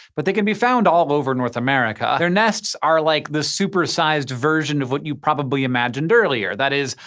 but they can be found all over north america. their nests are like the supersized version of what you probably imagined earlier that is,